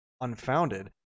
unfounded